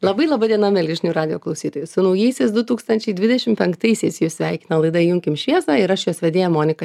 labai laba diena mieli žinių radijo klausytojai su naujaisiais du tūkstančiai dvidešim penktaisiais jus sveikina laida įjunkim šviesą ir aš jos vedėja monika